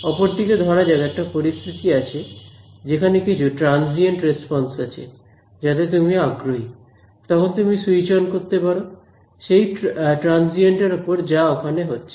অপরদিকে ধরা যাক একটা পরিস্থিতি আছে যেখানে কিছু ট্রানজিয়েন্ট রেসপন্স আছে যাতে তুমি আগ্রহী তখন তুমি সুইচ অন করতে পারো সেই ট্রানজিয়েন্ট এর ওপর যা ওখানে হচ্ছে